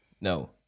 No